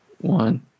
one